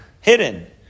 hidden